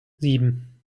sieben